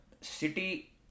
City